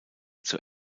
zur